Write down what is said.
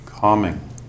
Calming